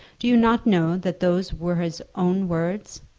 do you not know that those were his own words?